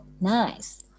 nice